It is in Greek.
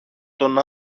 τον